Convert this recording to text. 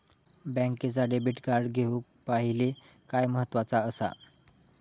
बँकेचा debit card घेउक पाहिले काय महत्वाचा असा?